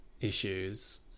issues